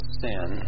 sin